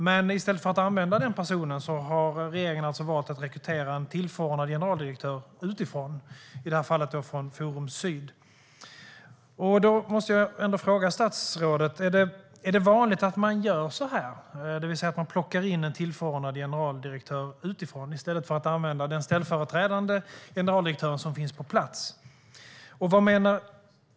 Men i stället för att använda den personen har regeringen alltså valt att rekrytera en tillförordnad generaldirektör utifrån, i det här fallet från Forum Syd. Då måste jag ändå fråga statsrådet: Är det vanligt att man gör så här, det vill säga att man plockar in en tillförordnad generaldirektör utifrån i stället för att använda den ställföreträdande generaldirektören som finns på plats?